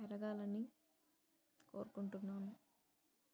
ఎదగాలని కోరుకుంటున్నాను